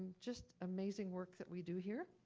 just amazing work that we do here.